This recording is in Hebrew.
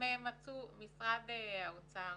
משרד האוצר